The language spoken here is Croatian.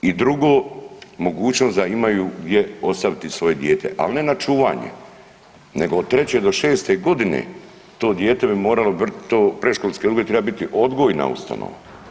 I drugo, mogućnost da imaju gdje ostaviti svoje dijete ali ne na čuvanje, nego od 3. do 6. godine to dijete bi moralo, to predškolski odgoj treba biti odgojna ustanova.